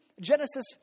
Genesis